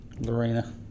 Lorena